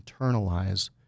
internalize